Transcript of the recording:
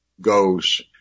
goes